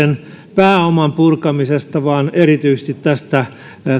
pääoman purkamisesta vaan erityisesti tästä